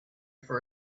for